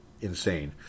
insane